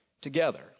together